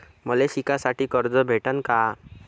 मले शिकासाठी कर्ज भेटन का?